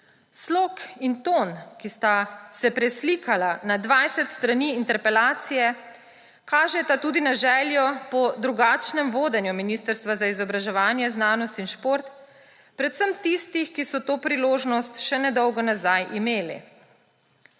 Slog in ton, ki sta se preslikala na 20 strani interpelacije, kažeta tudi na željo po drugačnem vodenju Ministrstva za izobraževanje, znanost in šport, predvsem tistih, ki so to priložnost še nedolgo nazaj imeli.